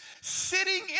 sitting